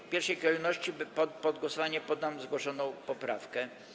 W pierwszej kolejności pod głosowanie poddam zgłoszoną poprawkę.